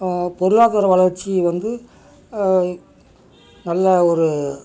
பொருளாதார வளர்ச்சி வந்து நல்லா ஒரு